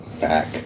back